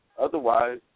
Otherwise